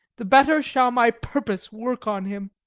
the better shall my purpose work on him.